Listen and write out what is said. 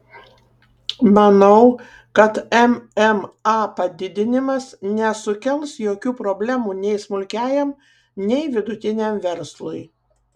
manau kad mma padidinimas nesukels jokių problemų nei smulkiajam nei vidutiniam verslui